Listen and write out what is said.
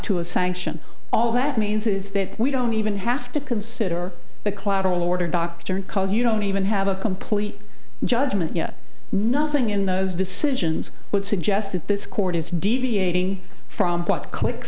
assange all that means is that we don't even have to consider the collateral order dr because you don't even have a complete judgment yet nothing in those decisions would suggest that this court is deviating from